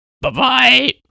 Bye-bye